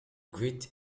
greet